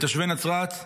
ותושבי נצרת,